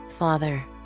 father